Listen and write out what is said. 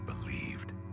believed